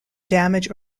damage